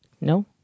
No